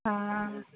हँ